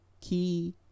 key